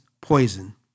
poison